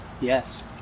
Yes